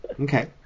Okay